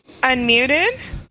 unmuted